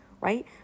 right